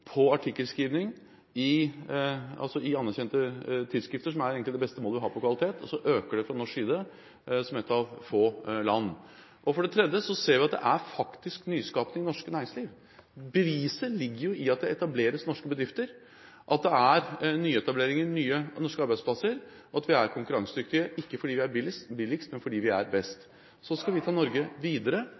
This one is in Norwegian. på artikkelskriving, i anerkjente tidsskrifter, som egentlig er det beste målet vi har på kvalitet, øker det på norsk side, som ett av få land. For det tredje ser vi at det er faktisk nyskaping i det norske næringsliv. Beviset ligger i at det etableres norske bedrifter, at det er nyetableringer og nye norske arbeidsplasser, og at vi er konkurransedyktige, ikke fordi vi billigst, men fordi vi er best. Så skal vi ta Norge videre.